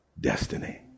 destiny